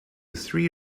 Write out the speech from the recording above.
three